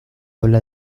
habla